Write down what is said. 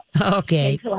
Okay